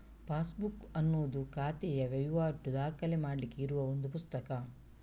passbook ಅನ್ನುದು ಖಾತೆಯ ವೈವಾಟು ದಾಖಲೆ ಮಾಡ್ಲಿಕ್ಕೆ ಇರುವ ಒಂದು ಪುಸ್ತಕ